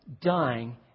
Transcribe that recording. dying